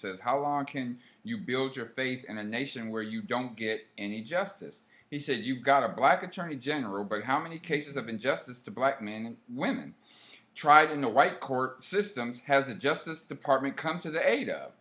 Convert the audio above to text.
says how long can you build your faith and a nation where you don't get any justice he said you've got a black attorney general but how many cases of injustice to black men women tried in a white court systems has a justice department come to the a